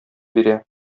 бирә